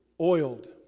oiled